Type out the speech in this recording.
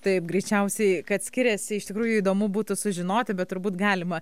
taip greičiausiai kad skiriasi iš tikrųjų įdomu būtų sužinoti bet turbūt galima